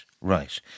right